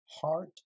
heart